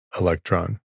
electron